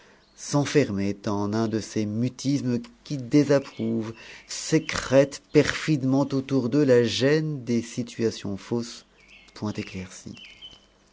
s'enfermait en un de ces mutismes qui désapprouvent sécrètent perfidement autour d'eux la gêne des situations fausses point éclaircies